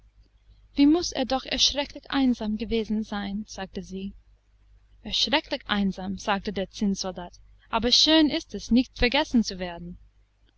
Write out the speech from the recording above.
wie muß er doch erschrecklich einsam gewesen sein sagte sie erschrecklich einsam sagte der zinnsoldat aber schön ist es nicht vergessen zu werden